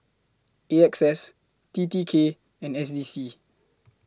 A X S T T K and S D C